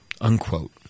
unquote